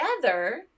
together